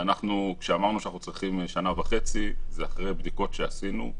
שכשאמרנו שאנחנו צריכים שנה וחצי זה אחרי בדיקות שעשינו.